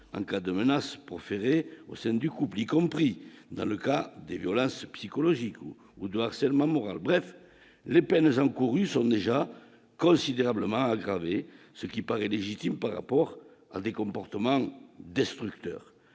en cas de menaces proférées au sein du couple, y compris dans le cas d'Elior lasse psychologique ou de harcèlement moral, bref les peines encourues sont déjà considérablement, ce qui paraît légitime par rapport à des comportements destructeurs,